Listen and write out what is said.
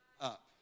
up